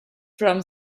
from